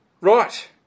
Right